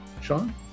Sean